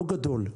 לא גדול,